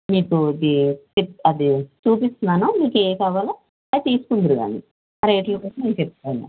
మీకు ఇది అది చూపిస్తున్నాను మీకు ఏది కావాలో అది తీసుకుందురుగానీ రేట్లు గురించి నేను చెబుతాను